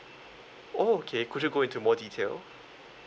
oh okay could you go into more detail